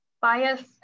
bias